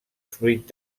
fruit